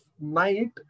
night